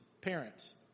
parents